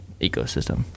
ecosystem